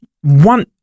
one